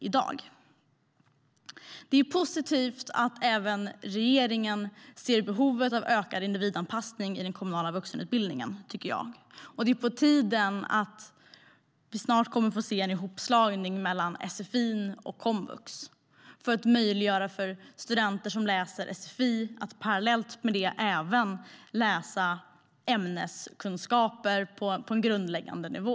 Det är positivt att även regeringen ser behovet av ökad individanpassning i den kommunala vuxenutbildningen. Det är också på tiden att vi snart kommer att få se en hopslagning av sfi och komvux för att man ska möjliggöra för studenter som läser sfi att parallellt även läsa ämneskunskaper på en grundläggande nivå.